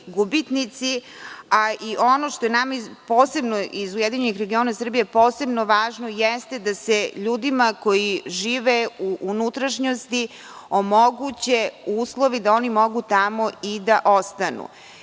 gubitnici, a i ono što je nama iz URS posebno važno jeste da se ljudima koji žive u unutrašnjosti omoguće uslovi da oni mogu tamo i da ostanu.